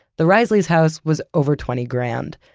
the reisley's house was over twenty grand,